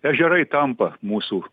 ežerai tampa mūsų